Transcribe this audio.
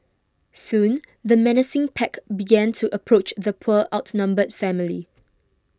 soon the menacing pack began to approach the poor outnumbered family